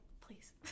please